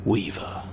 Weaver